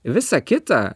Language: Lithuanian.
visa kita